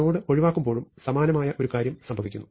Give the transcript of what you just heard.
ഒരു നോഡ് ഒഴിവാക്കുമ്പോഴും സമാനമായ ഒരു കാര്യം സംഭവിക്കുന്നു